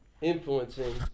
influencing